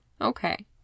Okay